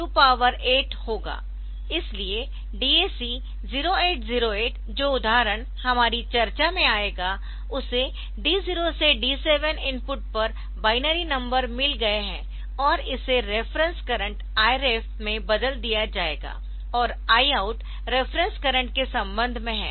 इसलिए DAC 0808 जो उदाहरण हमारी चर्चा में आएगा उसे d 0 से d 7 इनपुट पर बाइनरी नंबर मिल गए है और इसे रेफरेंस करंट Iref में बदल दिया जाएगा और Iout रेफरेंस करंट के संबंध में है